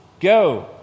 Go